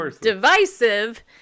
divisive